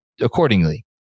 accordingly